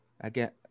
again